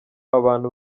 abantu